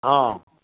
हँ